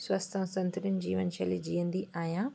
स्वस्थ्य ऐं संतुलित जीवन शैली जीअंदी आहियां